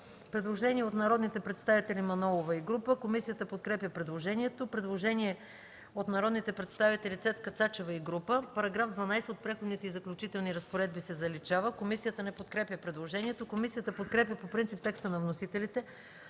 Предложение от народния представител Мая Манолова и група. Комисията подкрепя предложението. Предложение от народния представител Цецка Цачева и група –§ 12 от Преходните и заключителни разпоредби се заличава. Комисията не подкрепя предложението. Комисията подкрепя по принцип текста на вносителите